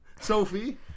Sophie